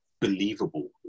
believable